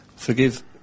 Forgive